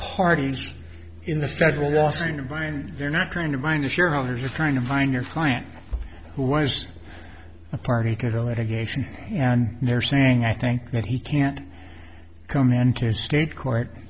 parties in the federal offering to buy and they're not trying to bind the shareholders or trying to find your client who was a particle at a geisha and and they're saying i think that he can't come into his state court